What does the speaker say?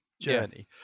journey